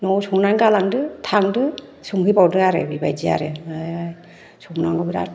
न'आव संनानै गालांदो थांदो संहैबावदो आरो बेबायदि आरो बे संनांगौ बिराथ